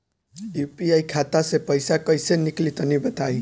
UPI खाता से पइसा कइसे निकली तनि बताई?